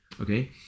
okay